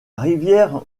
rivière